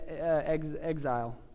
exile